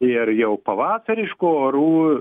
ir jau pavasariškų orų